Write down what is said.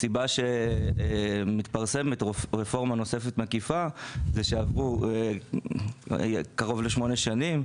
הסיבה שמתפרסמת רפורמה מקיפה נוספת היא שעברו קרוב לשמונה שנים,